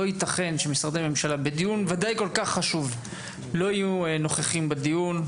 לא יתכן שמשרדי ממשלה לא יהיו נוכחים בדיון,